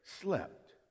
slept